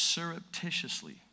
Surreptitiously